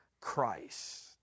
Christ